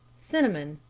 cinnamon,